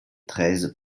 treize